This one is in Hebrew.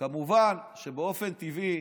כמובן שבאופן טבעי